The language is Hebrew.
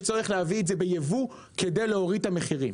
צורך להביא את זה בייבוא כדי להוריד את המחירים,